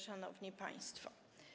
Szanowni Państwo!